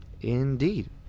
Indeed